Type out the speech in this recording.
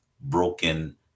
broken